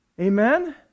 Amen